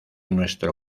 nuestro